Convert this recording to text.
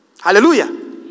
Hallelujah